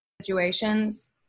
situations